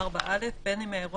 אם מישהו